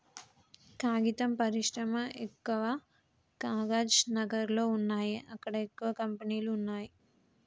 కాగితం పరిశ్రమ ఎక్కవ కాగజ్ నగర్ లో వున్నాయి అక్కడ ఎక్కువ కంపెనీలు వున్నాయ్